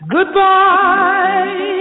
Goodbye